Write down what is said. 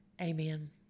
Amen